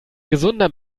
gesunder